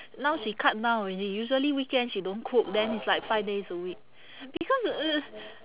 now she cut down already usually weekends she don't cook then it's like five days a week because uh